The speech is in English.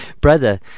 Brother